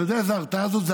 אתה יודע איזו הרתעה זו?